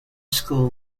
school